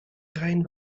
rein